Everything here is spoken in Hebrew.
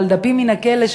דפים מן הכלא,